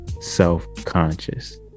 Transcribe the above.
self-conscious